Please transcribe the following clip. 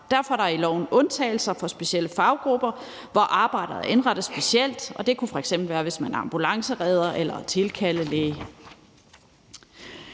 Derfor er der i loven undtagelser for specielle faggrupper, hvor arbejdet er indrettet specielt. Det kan f.eks. være, hvis man er ambulanceredder eller tilkaldelæge.